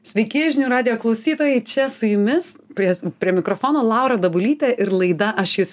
sveiki žinių radijo klausytojai čia su jumis prie prie mikrofono laura dabulytė ir laida aš jus